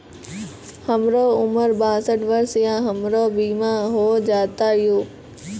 हमर उम्र बासठ वर्ष या हमर बीमा हो जाता यो?